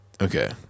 Okay